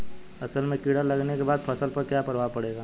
असल में कीड़ा लगने के बाद फसल पर क्या प्रभाव पड़ेगा?